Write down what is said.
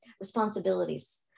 responsibilities